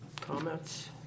comments